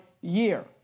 year